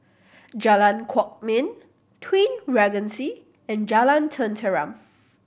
Jalan Kwok Min Twin Regency and Jalan Tenteram